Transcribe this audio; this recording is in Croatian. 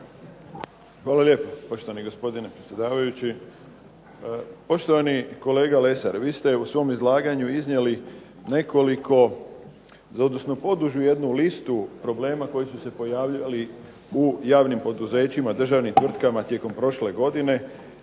Hvala lijepo, poštovani gospodine predsjedavajući. Poštovani kolega Lesar, vi ste u svom izlaganju iznijeli nekoliko …/Govornik se ne razumije./… podužu jednu listu problema koji su se javljali u javnim poduzećima, državnim tvrtkama tijekom prošle godine